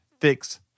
Fix